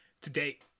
today